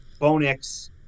Bonix